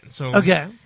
Okay